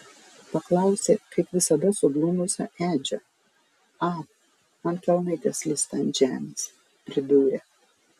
paklausė kaip visada suglumusio edžio a man kelnaitės slysta ant žemės pridūrė